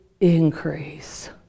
increase